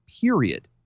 period